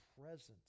presence